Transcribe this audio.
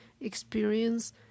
experience